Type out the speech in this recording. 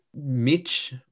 Mitch